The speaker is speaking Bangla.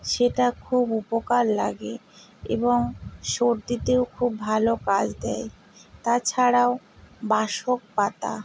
সেটা খুব উপকার লাগে এবং সর্দিতেও খুব ভালো কাজ দেয় তাছাড়াও বাসক পাতা